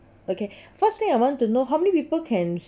okay first thing I want to know how many people can